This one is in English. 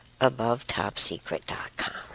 AboveTopSecret.com